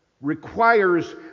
requires